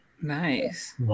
nice